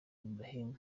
abraham